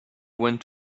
went